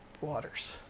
waters